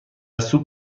سوپ